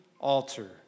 altar